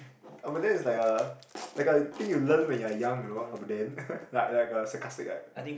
ppo about then is like a ppo like a thing you learn when you are young you know about then ppo like like a sarcastic like